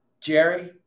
Jerry